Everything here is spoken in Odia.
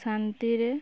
ଶାନ୍ତିରେ